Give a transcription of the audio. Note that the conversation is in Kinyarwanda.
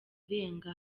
irenga